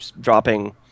dropping